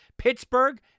Pittsburgh